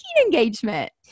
engagement